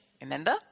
Remember